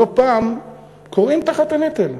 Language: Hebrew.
לא פעם כורעים תחת הנטל.